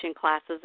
classes